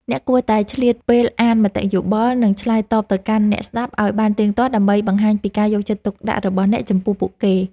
អ្នកគួរតែឆ្លៀតពេលអានមតិយោបល់ និងឆ្លើយតបទៅកាន់អ្នកស្តាប់ឱ្យបានទៀងទាត់ដើម្បីបង្ហាញពីការយកចិត្តទុកដាក់របស់អ្នកចំពោះពួកគេ។